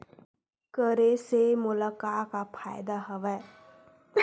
करे से मोला का का फ़ायदा हवय?